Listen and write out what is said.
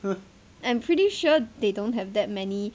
I'm pretty sure they don't have that many